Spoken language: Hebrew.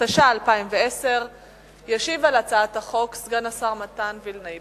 התש"ע 2010. יציג את הצעת החוק חבר הכנסת יואל חסון.